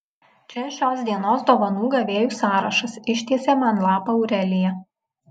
čia šios dienos dovanų gavėjų sąrašas ištiesė man lapą aurelija